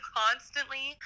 constantly